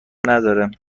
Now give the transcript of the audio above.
نداره